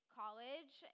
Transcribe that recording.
college